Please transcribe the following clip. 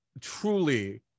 truly